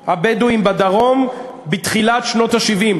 הבדואים בדרום בתחילת שנות ה-70.